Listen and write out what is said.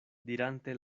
dirante